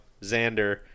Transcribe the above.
Xander